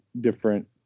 different